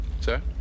Sir